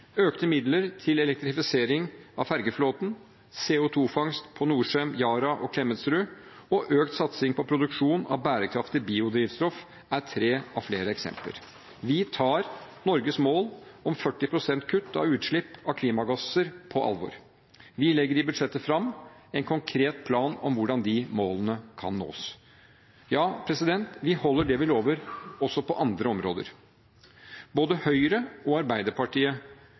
økte midler til elektrifisering av fergeflåten CO 2 -fangst ved Norcem, Yara og Klemetsrud økt satsing på produksjon av bærekraftig biodrivstoff Dette er tre av flere eksempler. Vi tar Norges mål om 40 pst. kutt av utslipp av klimagasser på alvor. Vi legger i budsjettet fram en konkret plan for hvordan de målene kan nås. Ja, vi holder det vil lover, også på andre områder. Både Høyre og Arbeiderpartiet